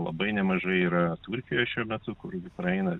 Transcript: labai nemažai yra turkijoj šiuo metu kur praeina